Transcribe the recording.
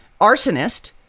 arsonist